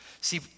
See